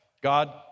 God